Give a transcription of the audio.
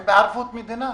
והן בערבות מדינה.